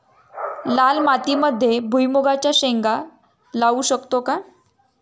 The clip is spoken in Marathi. लाल मातीमध्ये भुईमुगाच्या शेंगा लावू शकतो का?